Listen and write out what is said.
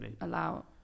allow